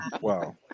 Wow